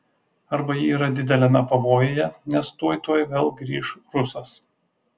arba ji yra dideliame pavojuje nes tuoj tuoj vėl grįš rusas